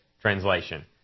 translation